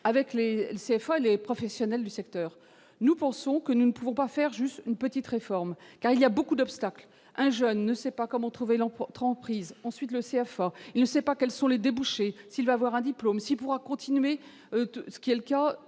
avec les CFA, les professionnels du secteur, nous pensons que nous ne pouvons pas faire juste une petite réforme car il y a beaucoup d'obstacles, un jeune ne sait pas comment trouver l'emploi 30 prises ensuite le CFA, il ne sait pas quels sont les débouchés s'il veut avoir un diplôme s'il pourra continuer, ce qui est le cas,